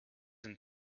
een